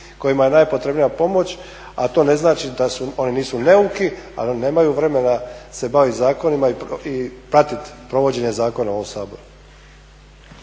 kojima je najpotrebnija pomoć, a to ne znači da, oni nisu neuki ali oni nemaju vremena se bavit zakonima i pratiti provođenje zakona u ovom Saboru.